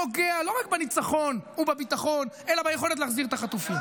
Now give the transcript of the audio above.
פוגע לא רק בניצחון ובביטחון אלא ביכולת להחזיר את החטופים.